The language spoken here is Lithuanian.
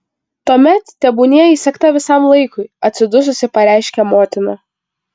tuomet tebūnie įsegta visam laikui atsidususi pareiškia motina